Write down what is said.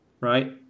Right